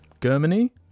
Germany